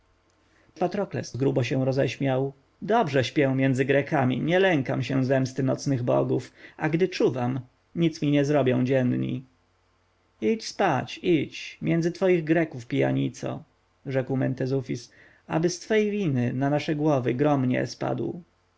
patrokles grubo się roześmiał dopóki śpię między grekami nie lękam się zemsty nocnych bogów a gdy czuwam nic mi nie zrobią dzienni idź spać idź między twoich greków pijanico rzekł mentezufis aby z twej winy na nasze głowy grom nie spadł